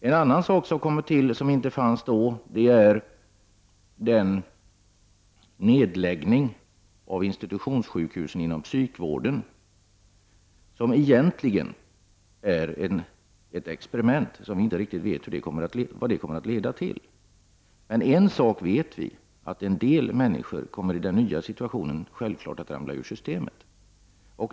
En annan sak som tillkommit är nedläggningen av institutionssjukhusen inom den psykiatriska vården, vilket egenligen är ett experiment som vi inte riktigt vet resultatet av. En sak vet vi: en del människor kommer självfallet i den nya situationen att ramla ur systemet.